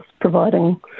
providing